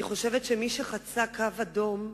אני חושבת שמי שחצה קו אדום,